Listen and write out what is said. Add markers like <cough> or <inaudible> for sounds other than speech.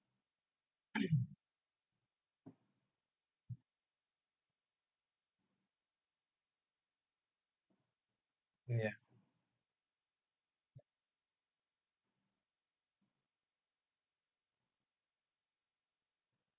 <noise> ya